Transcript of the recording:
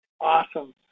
Awesome